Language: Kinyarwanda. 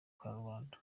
karubanda